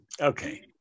okay